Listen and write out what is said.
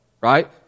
right